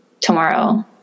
tomorrow